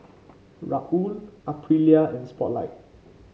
Raoul Aprilia and Spotlight